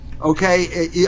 Okay